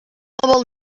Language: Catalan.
vol